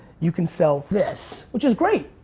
you can sell this, which is great!